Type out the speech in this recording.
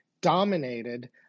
dominated